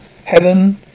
Heaven